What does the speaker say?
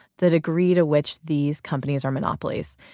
the degree to which these companies are monopolies.